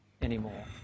anymore